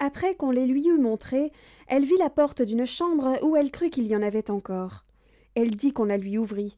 après qu'on les lui eut montrés elle vit la porte d'une chambre où elle crut qu'il y en avait encore elle dit qu'on la lui ouvrît